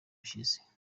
bishize